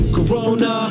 Corona